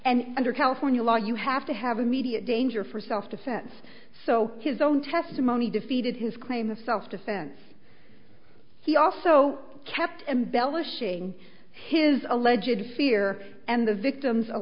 and under california law you have to have immediate danger for self defense so his own testimony defeated his claim of self defense he also kept embellishing his alleged fear and the victim's